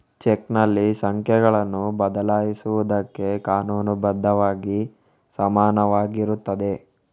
ಚೆಕ್ನಲ್ಲಿ ಸಂಖ್ಯೆಗಳನ್ನು ಬದಲಾಯಿಸುವುದಕ್ಕೆ ಕಾನೂನು ಬದ್ಧವಾಗಿ ಸಮಾನವಾಗಿರುತ್ತದೆ